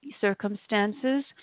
circumstances